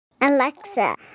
Alexa